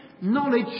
Knowledge